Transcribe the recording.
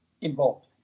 involved